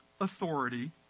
authority